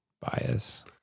bias